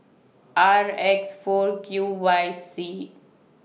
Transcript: R X four Q Y C